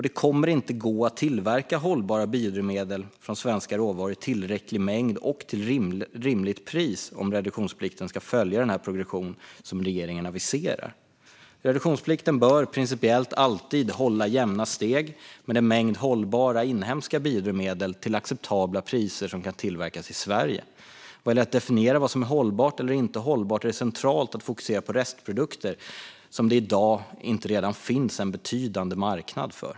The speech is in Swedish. Det kommer inte att gå att tillverka hållbara biodrivmedel av svenska råvaror i tillräcklig mängd och till rimligt pris om reduktionsplikten ska följa den progression som regeringen aviserar. Reduktionsplikten bör principiellt alltid hålla jämna steg med den mängd hållbara inhemska biodrivmedel som kan tillverkas i Sverige till acceptabla priser. Vad gäller att definiera vad som är hållbart eller inte hållbart är det centralt att fokusera på restprodukter som det i dag inte redan finns en betydande marknad för.